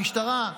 משטרה.